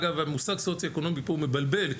אגב המושג סוציו-אקונומי פה הוא מבלבל,